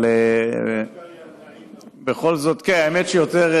אבל בכל זאת דווקא לי נעים מאוד.